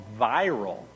Viral